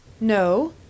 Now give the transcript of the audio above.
No